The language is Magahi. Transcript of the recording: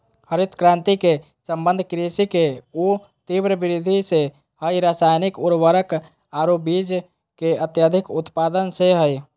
हरित क्रांति के संबंध कृषि के ऊ तिब्र वृद्धि से हई रासायनिक उर्वरक आरो बीज के अत्यधिक उत्पादन से हई